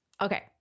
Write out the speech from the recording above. Okay